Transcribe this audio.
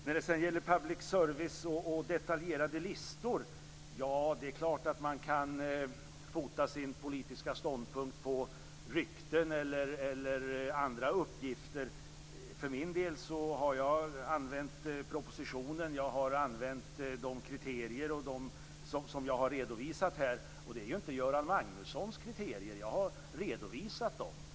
När det sedan gäller public service och detaljerade listor är det klart att man kan fota sin politiska ståndpunkt på rykten eller andra uppgifter. För min del har jag använt propositionen och de kriterier som jag har redovisat här, och det är ju inte Göran Magnussons kriterier.